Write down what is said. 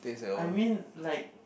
I mean like